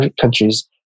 countries